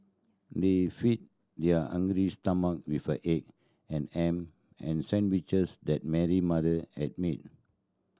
they feed their hungry stomach with the egg and ham and sandwiches that Mary mother had made